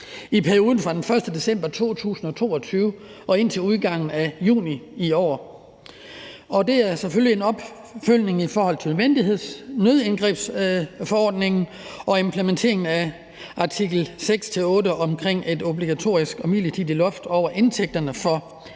i perioden fra den 1. december 2022 og indtil udgangen af juni i år. Det er selvfølgelig en opfølgning i forhold til nødindgrebsforordningen og implementeringen af artikel 6-8 om et obligatorisk og midlertidigt loft over indtægterne for